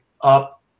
up